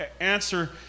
answer